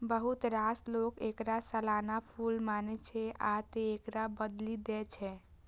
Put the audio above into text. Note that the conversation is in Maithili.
बहुत रास लोक एकरा सालाना फूल मानै छै, आ तें एकरा बदलि दै छै